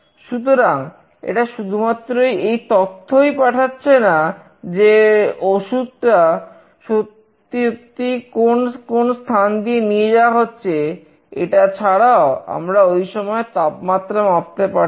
সুতরাং এটা শুধুমাত্র এই তথ্যই পাঠাচ্ছে না যে ওষুধ ও সত্যিই কোন কোন স্থান দিয়ে নিয়ে যাওয়া হচ্ছে এটা ছাড়াও আমরা ঐসময়ের তাপমাত্রা মাপতে পারছি